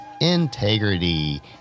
integrity